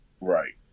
Right